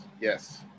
yes